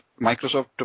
Microsoft